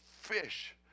fish